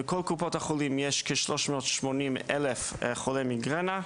בכל קופות החולים יש כ-380,000 חולי מיגרנה,